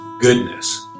goodness